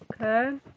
okay